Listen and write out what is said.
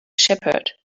shepherd